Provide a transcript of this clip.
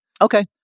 Okay